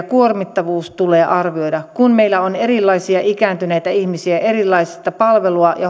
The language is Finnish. kuormittavuus tulee arvioida meillä on erilaisia ikääntyneitä ihmisiä erilaista palvelua ja